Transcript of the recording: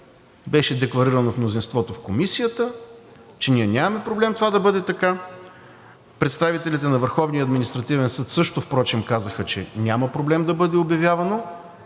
Беше декларирано в мнозинството в Комисията, че ние нямаме проблем това да бъде така. Представителите на Върховния административен съд също впрочем казаха, че няма проблем да бъде обявявано,